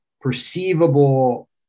perceivable